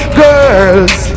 girls